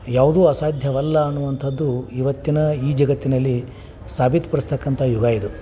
ಯಾವುದೂ ಅಸಾಧ್ಯವಲ್ಲ ಅನ್ನುವಂಥದ್ದು ಇವತ್ತಿನ ಈ ಜಗತ್ತಿನಲ್ಲಿ ಸಾಬೀತು ಪಡಿಸ್ತಕ್ಕಂಥ ಯುಗ ಇದು